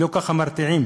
לא ככה מרתיעים